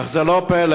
אך זה לא פלא,